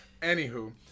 anywho